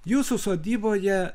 jūsų sodyboje